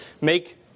make